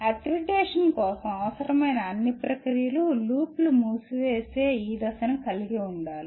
accreditation కోసం అవసరమైన అన్ని ప్రక్రియలు లూప్ను మూసివేసే ఈ దశను కలిగి ఉండాలి